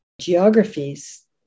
geographies